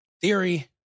Theory